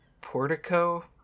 portico